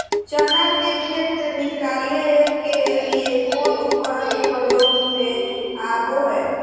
चना के खेत से निकाले के लिए कौन उपकरण के प्रयोग में आबो है?